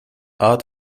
art